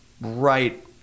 right